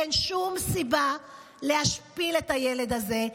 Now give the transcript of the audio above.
אין שום סיבה להשפיל את הילד הזה,